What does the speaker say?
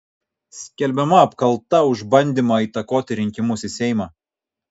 skelbiama apkalta už bandymą įtakoti rinkimus į seimą